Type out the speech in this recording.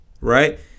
right